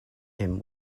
him